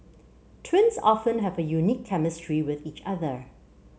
twins often have a unique chemistry with each other